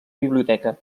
biblioteca